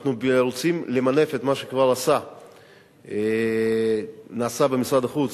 אנחנו רוצים למנף את מה שכבר נעשה במשרד החוץ,